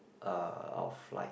uh of like